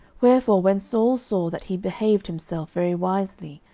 wherefore when saul saw that he behaved himself very wisely,